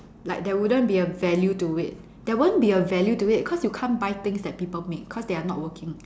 like there wouldn't be a value to it there won't be a value to it cause you can't buy things that people make cause they are not working